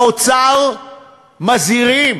באוצר מזהירים